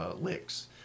licks